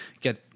get